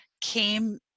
came